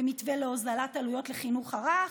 במתווה להוזלת עלויות לחינוך הרך.